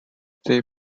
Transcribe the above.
they